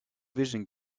vision